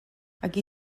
aquí